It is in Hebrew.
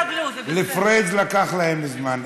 לפריג' לקח להם זמן.